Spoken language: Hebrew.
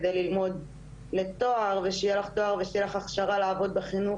ועל מנת ללמוד לתואר ושיהיה לך תואר ושתהיה לך הכשרה לעבוד בחינוך,